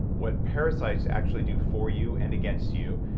what parasites actually do for you and against you.